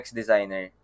designer